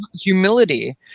humility